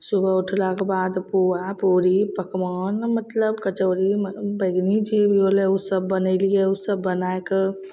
सुबह उठलाके बाद पूआ पूड़ी पकवान मतलब कचौड़ी बैगनी भी होलै ओसब बनेलिए ओसब बनैके